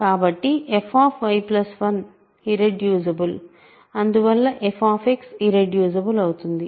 కాబట్టి fy1 irreducible అందువల్ల f irreducible అవుతుంది